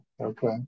Okay